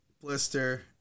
blister